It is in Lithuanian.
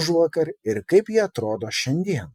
užvakar ir kaip jie atrodo šiandien